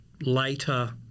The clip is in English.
later